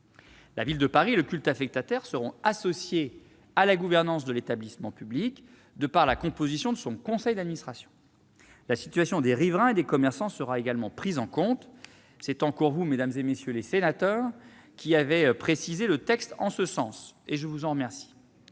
La Ville de Paris et le culte affectataire seront associés à la gouvernance de l'établissement public, de par la composition de son conseil d'administration. La situation des riverains et des commerçants sera prise en compte. C'est encore vous, mesdames, messieurs les sénateurs, qui avez apporté cette précision au texte, et je vous en remercie.